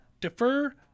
Defer